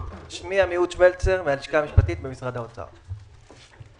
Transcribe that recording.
תקנות לקידום התחרות ולצמצום הריכוזיות (גוף פיננסי).